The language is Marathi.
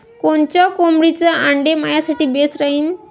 कोनच्या कोंबडीचं आंडे मायासाठी बेस राहीन?